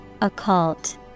Occult